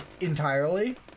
entirely